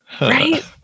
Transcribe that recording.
Right